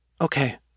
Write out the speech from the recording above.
Okay